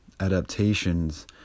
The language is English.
adaptations